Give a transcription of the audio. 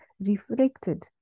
reflected